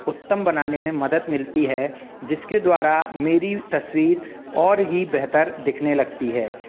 उत्तम बनाने में मदद मिलती है जिसके द्वारा मेरी तस्वीर और ही बेहतर दिखने लगती है